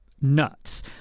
nuts